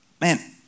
Man